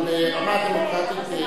אבל ברמה הדמוקרטית.